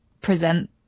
present